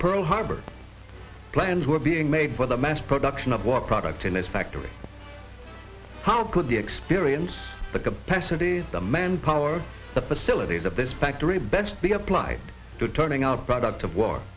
pearl harbor plans were being made for the mass production of war products in a factory how could the experience the capacities the manpower the facilities at this factory best be applied to turning our product of war